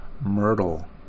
Myrtle